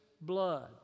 blood